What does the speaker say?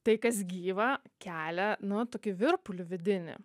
tai kas gyva kelia nu tokį virpulį vidinį